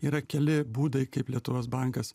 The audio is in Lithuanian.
yra keli būdai kaip lietuvos bankas